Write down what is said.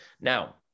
now